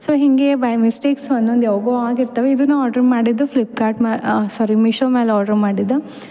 so ಹಿಂಗೇ by mistakes ಒಂದೊಂದು ಯಾವಾಗೋ ಆಗಿರ್ತಾವ ಇದನ್ನ ಆಡ್ರ್ ಮಾಡಿದ್ದೂ ಫ್ಲಿಪ್ಕಾರ್ಟ್ ಮ ಸಾರೀ ಮಿಶೋ ಮೇಲೆ ಆಡ್ರ್ ಮಾಡಿದ್ದೆ